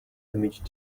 image